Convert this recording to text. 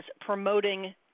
promoting